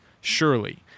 surely